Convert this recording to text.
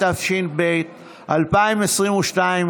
התשפ"ב 2022,